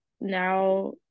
now